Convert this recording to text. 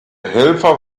helfer